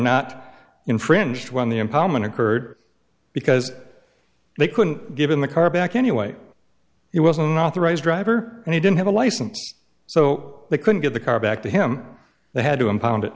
not infringed when the empowerment occurred because they couldn't give him the car back anyway he wasn't authorized driver and he didn't have a license so they couldn't get the car back to him they had to impound